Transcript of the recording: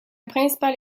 principale